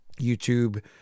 YouTube